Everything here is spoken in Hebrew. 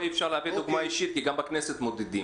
כאן אי אפשר להביא דוגמה אישית כי גם בכנסת מודדים.